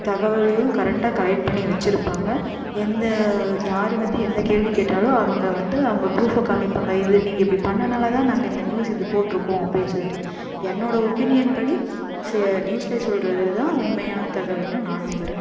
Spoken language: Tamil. தகவலையும் கரெட்டாக கலெக்ட் பண்ணி வச்சுருப்பாங்க எந்த யாரு வந்து எந்த கேள்வி கேட்டாலும் அவங்க வந்து அவங்க ப்ரூஃப்பை காமிப்பாங்க இது நீங்கள் இப்படி பண்ணினால தான் நாங்கள் இந்த நியூஸ் இது போட்டுருக்கோம் அப்படின்னு சொல்லிவிட்டு என்னோடய ஒபீனியன் படி நியூஸில் சொல்கிறது தான் உண்மையான தகவல்ன்னு நான் நம்புகிறேன்